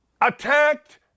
attacked